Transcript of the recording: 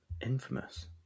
Infamous